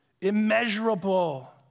Immeasurable